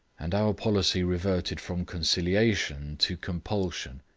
and our policy reverted from conciliation to compulsion.